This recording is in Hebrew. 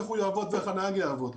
איך הוא יעבוד ואיך הנהג יעבוד.